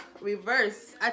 Reverse